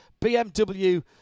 BMW